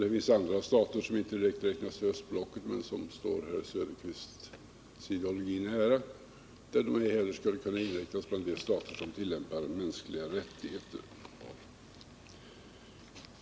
Det finns andra stater som inte direkt räknas till östblocket men som står herr Söderqvists ideologi nära som inte heller skulle kunna inräknas bland de stater som tillämpar mänskliga rättigheter.